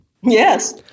Yes